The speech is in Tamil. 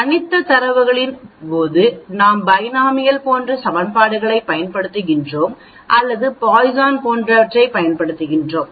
தனித்த தரவுகளின் போது நாம் பைனோமியல் போன்ற சமன்பாடுகளைப் பயன்படுத்துகிறோம் அல்லது பாய்சன் போன்றவற்றைப் பயன்படுத்துகிறோம்